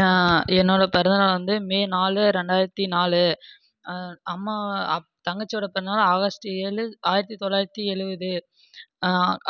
என் என்னோடய பிறந்த நாள் வந்து மே நாலு ரெண்டாயிரத்தி நாலு அம்மா அப் தங்கச்சியோடய பிறந்த நாள் ஆகஸ்டு ஏழு ஆயிரத்தி தொளாயிரத்தி எழுபது